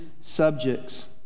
subjects